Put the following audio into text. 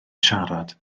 siarad